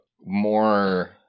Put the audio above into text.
more